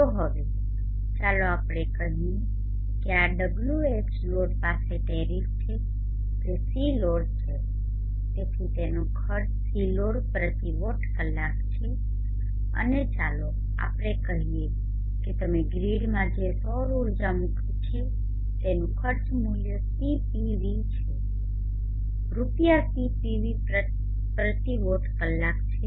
તો હવે ચાલો આપણે કહીએ કે આ Whload પાસે ટેરિફ છે જે Cload છે તેથી તેનો ખર્ચ Cload પ્રતિ વોટ કલાક છે અને ચાલો આપણે કહીએ કે તમેગ્રીડમાંજે સૌર ઊર્જા મૂકીછે તેનું ખર્ચ મૂલ્ય CPV છે રૂપિયા CPV પ્રતિ વોટ કલાકછે